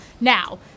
Now